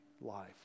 life